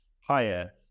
higher